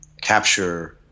capture